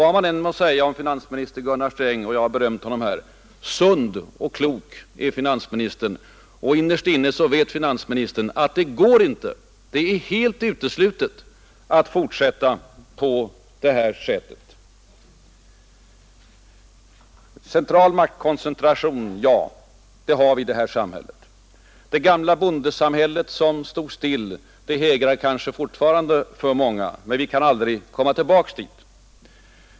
Vad man än må säga om finansminister Gunnar Sträng — och jag har berömt honom i dag — sund och klok är finansministern, och innerst inne vet finansministern att det inte går, att det är helt uteslutet att fortsätta på det här sättet. Central maktkoncentration, ja, det har vi i dagens samhälle. Det gamla bondesamhället, som stod still, hägrar kanske fortfarande för många, men vi kan aldrig komma tillbaka dit.